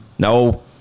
No